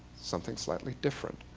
something slightly different.